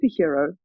superhero